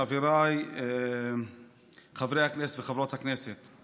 חבריי חברי הכנסת וחברות הכנסת,